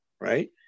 right